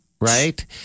right